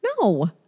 no